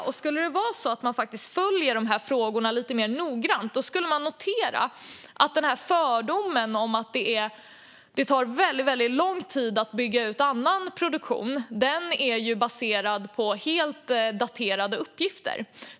Och skulle det vara så att man faktiskt följer dessa frågor lite mer noggrant skulle man notera att denna fördom om att det tar väldigt lång tid att bygga ut annan produktion är baserad på helt daterade uppgifter.